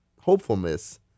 hopefulness